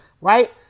right